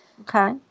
Okay